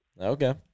Okay